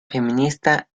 feminista